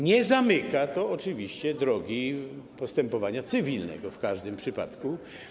Nie zamyka to oczywiście drogi postępowania cywilnego w każdym przypadku.